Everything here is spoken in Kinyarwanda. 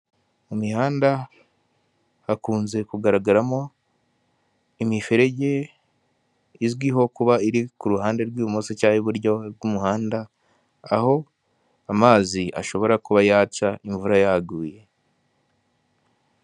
Mu mihanda, hakunze kugaragaramo, imiferege, izwiho kuba iri ku ruhande rw'ibumoso cyangwa iburyo bw'umuhanda aho amazi ashobora kuba yaca imvura yaguye.